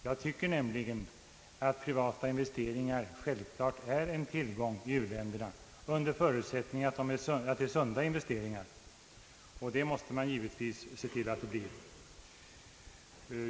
Jag tycker nämligen att privata investeringar självklart är en tillgång i u-länderna under förutsättning att investeringarna är sunda — och det måste man givetvis se till att de blir.